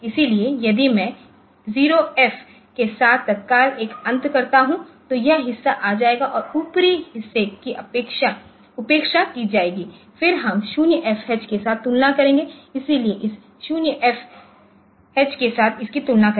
इसलिए यदि मैं 0 एफ के साथ तत्काल एक अंत करता हूं तो यह हिस्सा आ जाएगा और ऊपरी हिस्से की उपेक्षा की जाएगी फिर हम 0 एफएच के साथ तुलना करते हैं इसलिए इस 0 एफएच के साथ इसकी तुलना करें